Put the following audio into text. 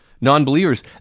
non-believers